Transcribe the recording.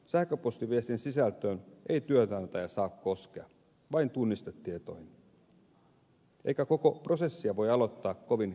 sähköpostiviestin sisältöön ei työnantaja saa koskea vain tunnistetietoihin eikä koko prosessia voi aloittaa kovin kevyin perustein